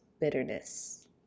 bitterness